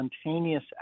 spontaneous